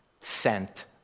sent